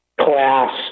class